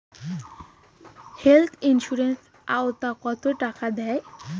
Health insurance ওত কত টাকা দেয়?